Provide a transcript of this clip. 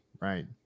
right